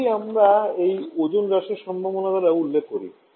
এটিই আমরা এই ওজোন হ্রাসের সম্ভাবনা দ্বারা উল্লেখ করি